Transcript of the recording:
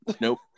Nope